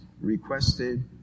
requested